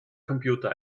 computer